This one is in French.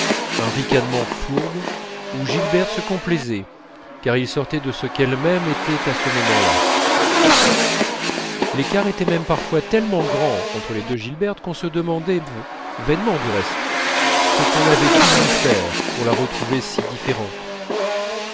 un ricanement fourbe où gilberte se complaisait car ils sortaient de ce qu'elle-même était à ce moment-là l'écart était même parfois tellement grand entre les deux gilberte qu'on se demandait vainement du reste ce qu'on avait pu lui faire pour la retrouver si différente